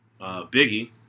Biggie